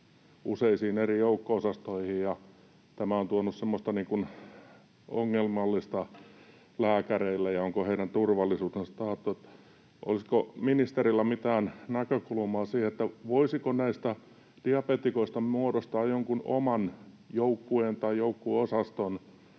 useisiin eri joukko-osastoihin, ja tämä on ollut ongelmallista lääkäreille ja tuonut semmoista, että onko heidän turvallisuutensa taattu. Olisiko ministerillä mitään näkökulmaa siihen, voisiko näistä diabeetikoista muodostaa jonkun oman joukkueen tai joukko-osaston,